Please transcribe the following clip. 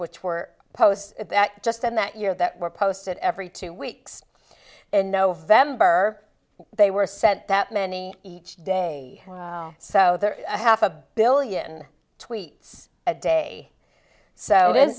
which were posed that just in that year that were posted every two weeks in november they were sent that many each day so they're half a billion tweets a day so this